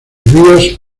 vías